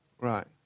Right